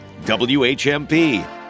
WHMP